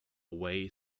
weigh